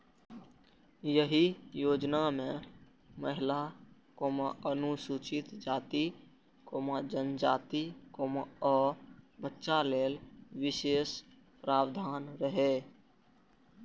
एहि योजना मे महिला, अनुसूचित जाति, जनजाति, आ बच्चा लेल विशेष प्रावधान रहै